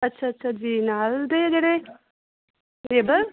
ਅੱਛਾ ਅੱਛਾ ਜੀ ਨਾਲ ਦੇ ਹੈ ਜਿਹੜੇ ਨੇਬਰ